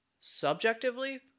Subjectively